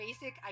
basic